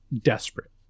desperate